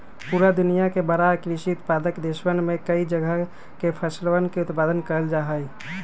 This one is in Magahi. पूरा दुनिया के बड़ा कृषि उत्पादक देशवन में कई तरह के फसलवन के उत्पादन कइल जाहई